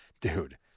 Dude